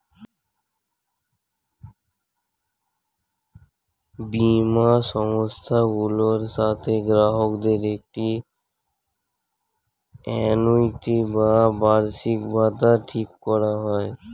বীমা সংস্থাগুলোর সাথে গ্রাহকদের একটি আ্যানুইটি বা বার্ষিকভাতা ঠিক করা হয়